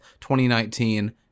2019